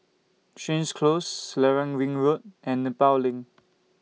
Stangee Close Selarang Ring Road and Nepal LINK